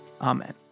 Amen